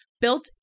Built